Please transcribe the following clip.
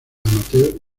amateur